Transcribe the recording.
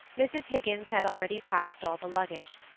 mrs. higgins had already packed all the luggage,